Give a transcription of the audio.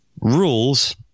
rules